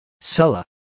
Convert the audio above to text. Sulla